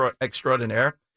extraordinaire